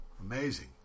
Amazing